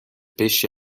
pesce